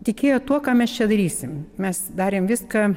tikėjo tuo ką mes čia darysim mes darėm viską